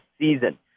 season